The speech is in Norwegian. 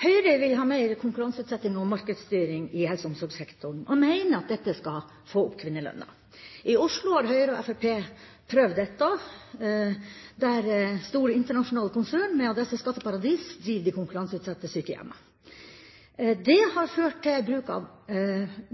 Høyre vil ha mer konkurranseutsetting og markedsstyring i helse- og omsorgssektoren, og mener at dette skal få opp kvinnelønna. I Oslo har Høyre og Fremskrittspartiet prøvd dette, der store internasjonale konsern med adresse skatteparadis driver de konkurranseutsatte sykehjemmene. Det har ført til bruk av